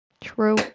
true